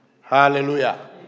Hallelujah